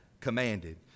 commanded